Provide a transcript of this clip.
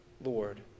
Lord